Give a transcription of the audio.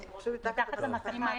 זה פשוט מתחת למסכה.